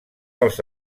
els